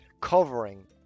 covering